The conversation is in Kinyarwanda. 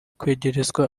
kwegerezwa